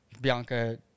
Bianca